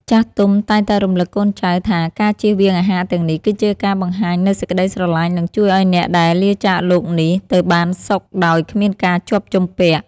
ចាស់ទុំតែងតែរំលឹកកូនចៅថាការជៀសវាងអាហារទាំងនេះ គឺជាការបង្ហាញនូវសេចក្តីស្រឡាញ់ និងជួយឱ្យអ្នកដែលលាចាកលោកនេះ ទៅបានសុខដោយគ្មានការជាប់ជំពាក់។